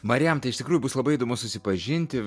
marijam tai iš tikrųjų bus labai įdomu susipažinti